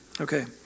Okay